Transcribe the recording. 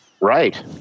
Right